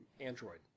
android